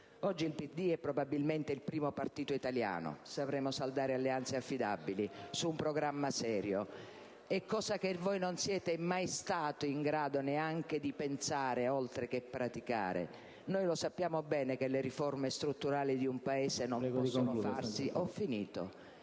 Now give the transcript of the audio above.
Democratico è probabilmente il primo partito italiano; sapremo saldare alleanze affidabili su un programma serio, cosa che voi non siete mai stati in grado neanche di pensare, oltre che di praticare. Noi sappiamo bene che le riforme strutturali di un Paese non possono farsi